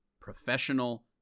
professional